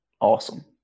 Awesome